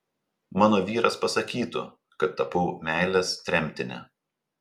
mano vyras pasakytų kad tapau meilės tremtine